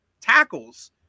tackles